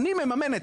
מממנים,